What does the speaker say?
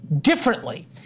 differently